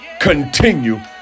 continue